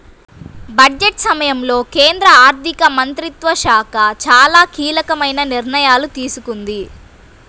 budget సమయంలో కేంద్ర ఆర్థిక మంత్రిత్వ శాఖ చాలా కీలకమైన నిర్ణయాలు తీసుకుంది